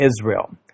Israel